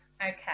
Okay